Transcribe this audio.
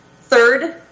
Third